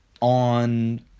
on